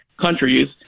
countries